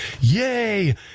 Yay